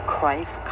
Christ